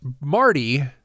Marty